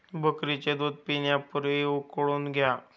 बकरीचे दूध पिण्यापूर्वी उकळून घ्या